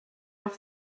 off